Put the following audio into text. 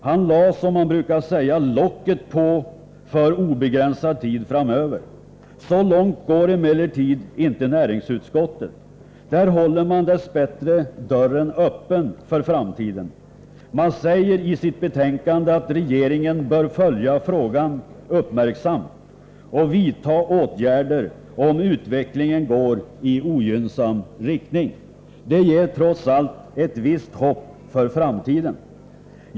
Han lade, som man brukar säga, locket på för obegränsad tid framöver. Så långt går emellertid inte näringsutskottet. Där håller man dess bättre dörren öppen för framtiden. Man säger i sitt betänkande att regeringen bör följa frågan uppmärksamt och vidtaga åtgärder om utvecklingen går i ogynnsam riktning. Det ger trots allt ett visst hopp för framtiden.